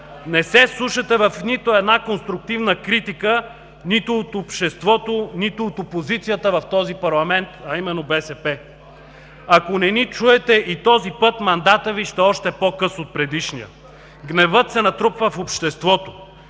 Не се вслушвате в нито една конструктивна критика – нито от обществото, нито от опозицията в този парламент, а именно БСП. Ако не ни чуете и този път, мандатът Ви ще е още по-къс от предишния. Гневът се натрупва в обществото.